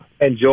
enjoy